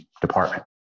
department